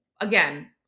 again